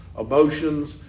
emotions